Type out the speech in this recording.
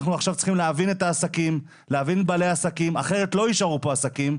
אנחנו צריכים להבין את בעלי העסקים אחרת לא יישארו פה עסקים.